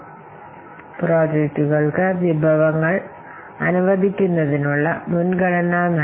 അതിനാൽ ഈ project portfolio മാനേജുമെന്റിന് മുമ്പായി പ്രോജക്റ്റുകൾക്ക് രെസൌസെസ്സ് അനുവദിക്കുന്നതിന് മുൻഗണന നൽകും